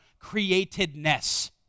createdness